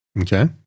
Okay